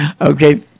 Okay